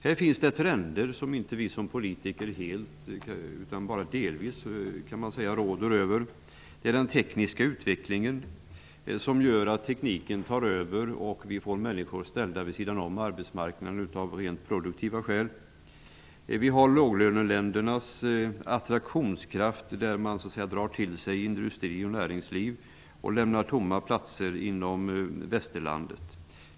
Här finns det trender som vi politiker inte helt utan bara delvis råder över. Det är den tekniska utvecklingen som gör att tekniken tar över. Vi får då människor vid sidan av arbetsmarknaden av rent produktiva skäl. Vidare har vi låglöneländernas attraktionskraft. De drar till sig industri och näringsliv och lämnar tomma platser i västerlandet.